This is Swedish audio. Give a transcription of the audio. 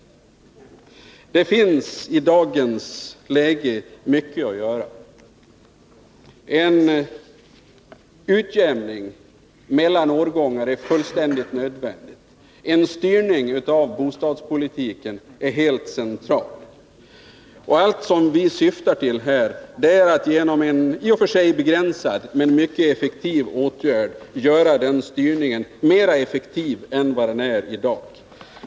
Det finns i dagens läge mycket att göra. En utjämning mellan årgångar är fullständigt nödvändig. En styrning av bostadspolitiken är helt central. Allt som vi syftar till är att genom en i och för sig begränsad men mycket effektiv åtgärd göra den styrningen mer verkningsfull än den är i dag.